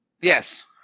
Yes